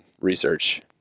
research